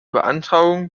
beantragung